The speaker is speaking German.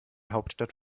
hauptstadt